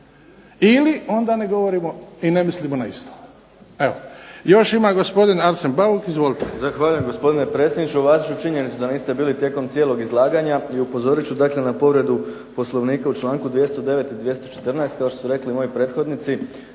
Ili onda ne govorimo i ne mislimo na isto.